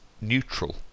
neutral